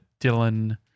Dylan